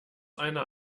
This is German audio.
einer